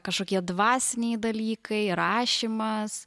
kažkokie dvasiniai dalykai rašymas